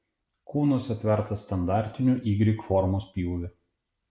kūnas atvertas standartiniu y formos pjūviu